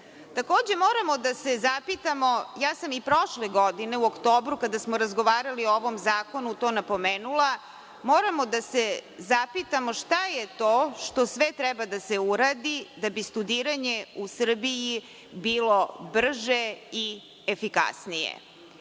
moramo da se zapitamo, ja sam i prošle godine u oktobru, kada smo razgovarali o ovom zakonu to napomenula, moramo da se zapitamo šta je to što sve treba da se uradi da bi studiranje u Srbiji bilo brže i efikasnije.